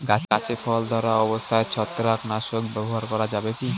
গাছে ফল ধরা অবস্থায় ছত্রাকনাশক ব্যবহার করা যাবে কী?